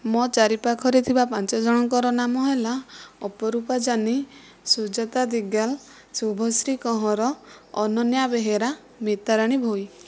ମୋ ଚାରି ପାଖରେ ଥିବା ପାଞ୍ଚ ଜଣଙ୍କର ନାମ ହେଲା ଅପରୂପା ଜାନି ସୁଜାତା ଦିଗାଲ ଶୁଭଶ୍ରୀ କହଁର ଅନନ୍ୟା ବେହେରା ମିତାରାଣୀ ଭୋଇ